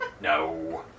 No